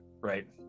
right